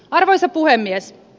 arvoisa puhemies